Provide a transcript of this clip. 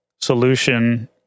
solution